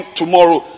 tomorrow